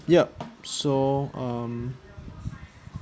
yup so um